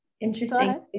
Interesting